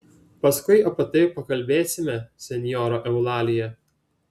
paskui apie tai pakalbėsime senjora eulalija